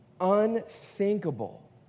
unthinkable